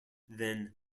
then